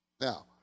Now